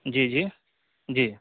جی جی جی